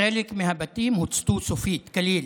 חלק מהבתים הוצתו סופית, כליל.